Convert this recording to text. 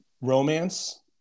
romance